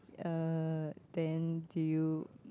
uh then do you